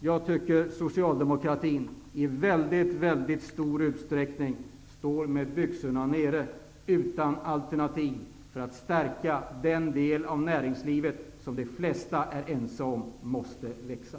Jag tycker att Socialdemokraterna står med byxorna nere, utan alternativ för att stärka den del av näringslivet som de flesta är ense om måste växa.